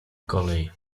kolej